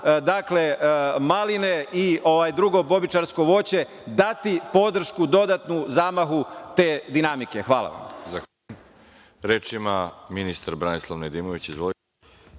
dakle, maline i drugo bobičasto voće dati podršku dodatnu zamahu te dinamike. Hvala vam.